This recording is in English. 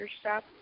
stop